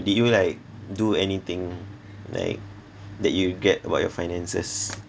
did you like do anything like that you regret about your finances